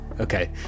Okay